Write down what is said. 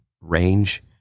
range